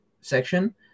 section